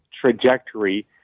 trajectory